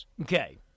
Okay